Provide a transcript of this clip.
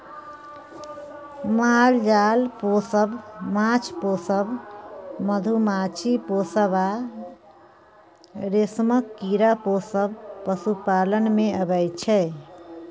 माल जाल पोसब, माछ पोसब, मधुमाछी पोसब आ रेशमक कीरा पोसब पशुपालन मे अबै छै